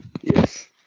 Yes